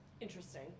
Interesting